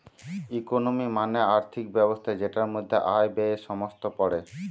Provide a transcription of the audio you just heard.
economy মানে আর্থিক ব্যবস্থা যেটার মধ্যে আয়, ব্যয়ে সমস্ত পড়ে